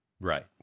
Right